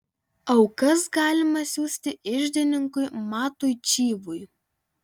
aukas galima siųsti iždininkui matui čyvui